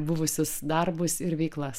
buvusius darbus ir veiklas